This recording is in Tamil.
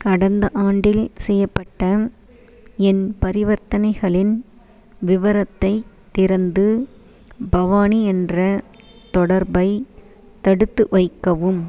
கடந்த ஆண்டில் செய்யப்பட்ட என் பரிவர்த்தனைகளின் விவரத்தைத் திறந்து பவானி என்ற தொடர்பை தடுத்து வைக்கவும்